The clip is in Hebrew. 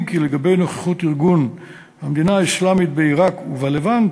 אם כי לגבי נוכחות ארגון "המדינה האסלאמית בעיראק ובלבנט"